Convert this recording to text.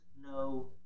no